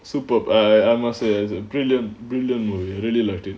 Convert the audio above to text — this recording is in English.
superb I must say as a brilliant brilliant movie I really liked it